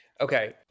Okay